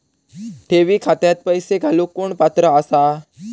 ठेवी खात्यात पैसे घालूक कोण पात्र आसा?